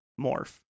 morph